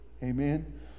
Amen